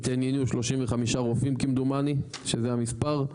התעניינו 35 רופאים כמדומני שזה המספר,